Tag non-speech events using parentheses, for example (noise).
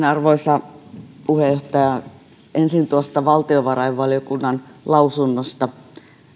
(unintelligible) arvoisa puheenjohtaja ensin tuosta valtiovarainvaliokunnan lausunnosta